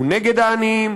הוא נגד העניים,